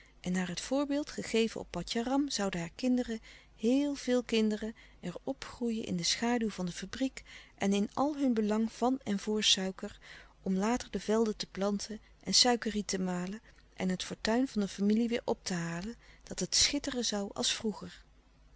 en naar het voorlouis couperus de stille kracht beeld gegeven op patjaram zouden haar kinderen heel veel kinderen er opgroeien in de schaduw van de fabriek en in al hun belang van en voor suiker om later de velden te planten en suikerriet te malen en het fortuin van de familie weêr op te halen dat het schitteren zoû als vroeger